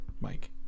Mike